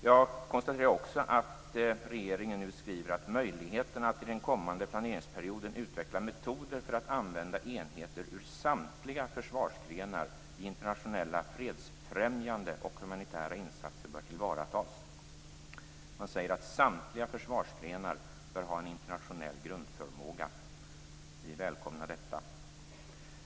Jag konstaterar också att regeringen nu skriver att möjligheterna att till den kommande planeringsperioden utveckla metoder för att använda enheter ur samtliga försvarsgrenar i internationella fredsfrämjande och humanitära insatser bör tillvaratas. Man säger att samtliga försvarsgrenar bör ha en internationell grundförmåga. Vi välkomnar detta.